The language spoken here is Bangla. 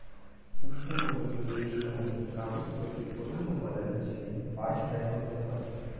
উষ্ণমণ্ডলীয় দেশ সমূহে কাগজ তৈরির প্রধান উপাদান হিসেবে বাঁশ ব্যবহৃত হয়